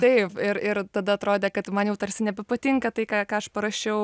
taip ir ir tada atrodė kad man jau tarsi nebepatinka tai ką ką aš parašiau